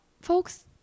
folks